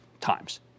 times